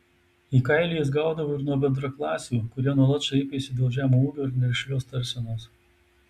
į kailį jis gaudavo ir nuo bendraklasių kurie nuolat šaipėsi dėl žemo ūgio ir nerišlios tarsenos